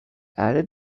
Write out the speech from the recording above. added